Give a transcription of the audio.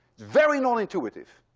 very nonintuitive.